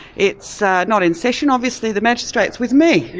it's ah not in session, obviously, the magistrate's with me. yeah